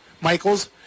Michaels